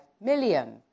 million